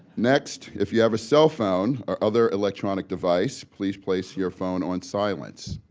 next, if you have a cell phone, or other electronic device, please place your phone on silence.